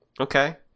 Okay